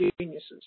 geniuses